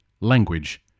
language